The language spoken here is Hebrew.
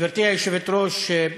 גברתי היושבת-ראש,